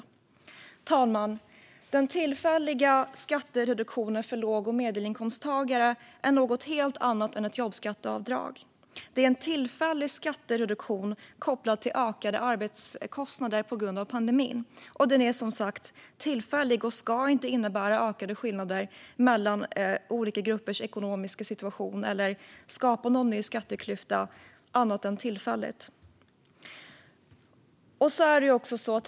Herr ålderspresident! Den tillfälliga skattereduktionen för låg och medelinkomsttagare är något helt annat än ett jobbskatteavdrag. Det är en tillfällig skattereduktion kopplad till ökade arbetskostnader på grund av pandemin. Den är som sagt tillfällig och ska inte innebära några ökade skillnader mellan olika gruppers ekonomiska situation eller skapa någon ny skatteklyfta annat än tillfälligt.